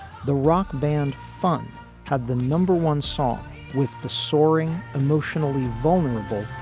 the rock band fun had the number one song with the soaring emotionally vulnerable